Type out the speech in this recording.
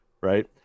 right